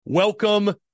Welcome